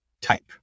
type